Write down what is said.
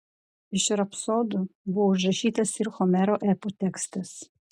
iš rapsodų buvo užrašytas ir homero epų tekstas